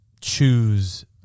choose